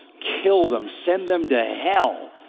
kill them, send them to hell.